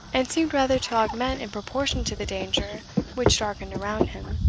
and seemed rather to augment in proportion to the danger which darkened around him,